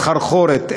סחרחורת,